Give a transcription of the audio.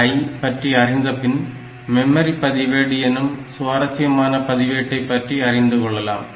LXI பற்றி அறிந்தபின் memory பதிவேடு எனும் சுவாரசியமான பதிவேட்டை பற்றி அறிந்து கொள்ளலாம்